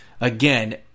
again